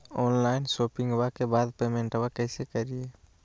Online शोपिंग्बा के बाद पेमेंटबा कैसे करीय?